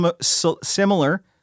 similar